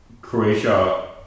Croatia